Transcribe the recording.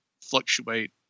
fluctuate